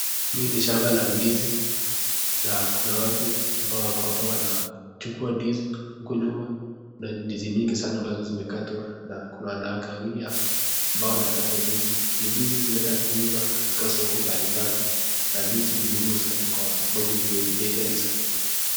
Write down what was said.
Hii ni shamba la ndizi na kuna watu ambao wako hapo wanachukua ndizi, huko nyuma kuna ndizi mingi sana ambazo zimekatwa na kuna wanawake wawili ambao wanakata ndizi. Ndizi hizi zinaenda kuuzwa katika soko mbalimbali na ndizi ni muhimu sana sababu ni bei ghali sana.